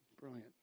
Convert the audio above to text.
Brilliant